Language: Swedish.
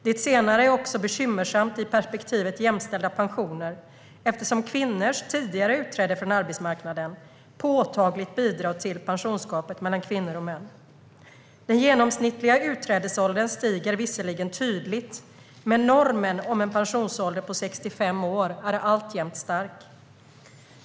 Det senare är också bekymmersamt i perspektivet jämställda pensioner eftersom kvinnors tidigare utträde från arbetsmarknaden påtagligt bidrar till pensionsgapet mellan kvinnor och män. Den genomsnittliga utträdesåldern stiger visserligen tydligt, men normen om en pensionsålder på 65 år är alltjämt stark.